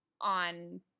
on